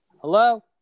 Hello